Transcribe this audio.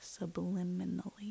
subliminally